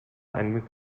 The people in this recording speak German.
ein